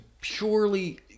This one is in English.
purely